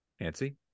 Nancy